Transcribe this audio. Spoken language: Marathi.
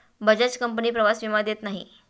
बजाज कंपनी प्रवास विमा देत नाही